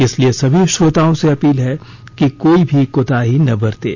इसलिए सभी श्रोताओं से अपील है कि कोई भी कोताही ना बरतें